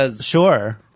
Sure